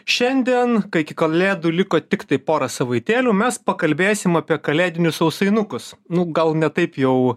šiandien kai iki kalėdų liko tiktai pora savaitėlių mes pakalbėsim apie kalėdinius sausainukus nu gal ne taip jau